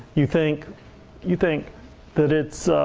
you think you think that it's